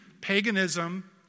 Paganism